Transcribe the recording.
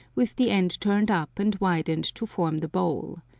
with the end turned up and widened to form the bowl.